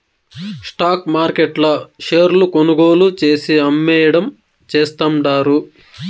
stock మార్కెట్ల షేర్లు కొనుగోలు చేసి, అమ్మేయడం చేస్తండారు